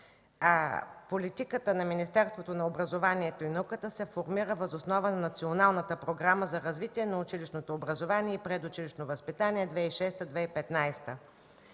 политиката на Министерството на образованието и науката се формира въз основа на Националната програма за развитие на училищното образование и предучилищно възпитание и